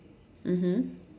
mmhmm